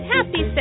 Happy